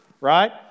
right